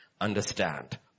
understand